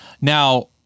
Now